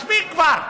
מספיק כבר.